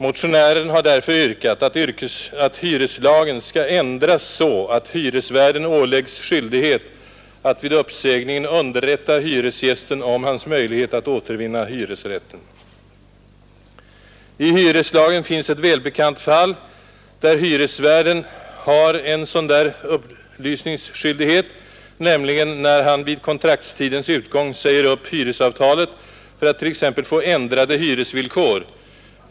Motionären har därför yrkat att hyreslagen skall ändras så att hyresvärden åläggs skyldighet att vid uppsägningen underrätta hyresgästen om hans möjlighet att återvinna hyresrätten. I hyreslagen finns ett välbekant fall, där hyresvärd har en sådan upplysningsskyldighet, nämligen då han vid kontraktstidens utgång säger upp hyresavtalet för att t.ex. få ändrade hyresvillkor.